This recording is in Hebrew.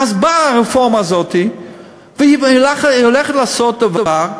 אז באה הרפורמה הזאת והיא הולכת לעשות דבר.